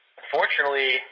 unfortunately